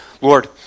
lord